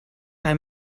kaj